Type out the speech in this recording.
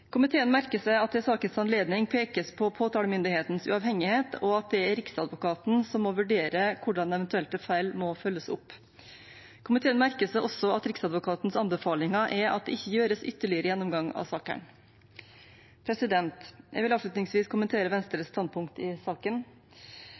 Komiteen merker seg at det i sakens anledning pekes på påtalemyndighetens uavhengighet, og at det er Riksadvokaten som må vurdere hvordan eventuelle feil må følges opp. Komiteen merker seg også at Riksadvokatens anbefalinger er at det ikke gjøres ytterligere gjennomgang av sakene. Jeg vil avslutningsvis kommentere